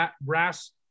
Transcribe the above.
brass